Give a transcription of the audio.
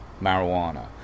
marijuana